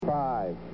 Five